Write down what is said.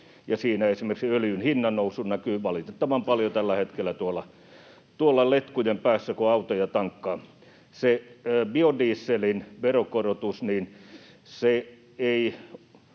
siinä esimerkiksi öljyn hinnannousu näkyy valitettavan paljon tällä hetkellä tuolla letkujen päässä, kun autoja tankkaa. Se biodieselin veronkorotus ei